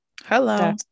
Hello